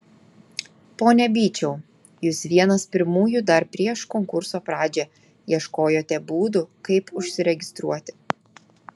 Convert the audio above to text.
pone byčiau jūs vienas pirmųjų dar prieš konkurso pradžią ieškojote būdų kaip užsiregistruoti